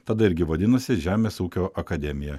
tada irgi vadinosi žemės ūkio akademija